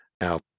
Now